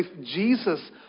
Jesus